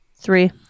Three